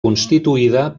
constituïda